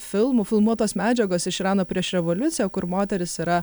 filmų filmuotos medžiagos iš irano prieš revoliuciją kur moterys yra